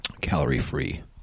Calorie-free